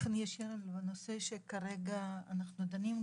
באופן ישיר לנושא שכרגע אנחנו דנים בו,